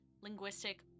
linguistic